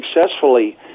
successfully